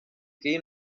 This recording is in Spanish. aquí